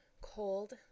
cold